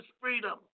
freedom